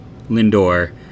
Lindor